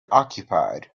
occupied